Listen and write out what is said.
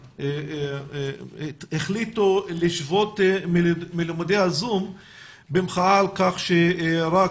החליטו לשבות מלימודי הזום במחאה על כך שרק